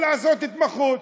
ולעשות התמחות.